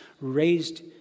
raised